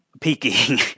peaking